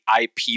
IP